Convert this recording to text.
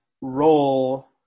role